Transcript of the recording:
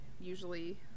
usually